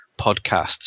podcasts